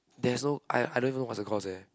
there's no I I don't even know what's the cause eh